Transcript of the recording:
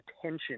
attention